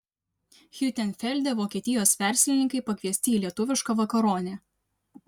hiutenfelde vokietijos verslininkai pakviesti į lietuvišką vakaronę